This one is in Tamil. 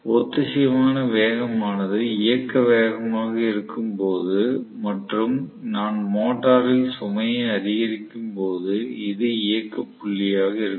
ஒத்திசைவான வேகம் ஆனது இயக்க வேகமாக இருக்கும் போது மற்றும் நான் மோட்டரில் சுமையை அதிகரிக்கும் போது இது இயக்க புள்ளியாக இருக்கும்